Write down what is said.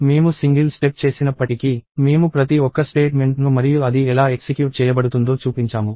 మేము single step చేసినప్పటికీ మేము ప్రతి ఒక్క స్టేట్మెంట్ను మరియు అది ఎలా ఎక్సిక్యూట్ చేయబడుతుందో చూపించాము